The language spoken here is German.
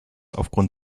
aufgrund